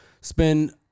spend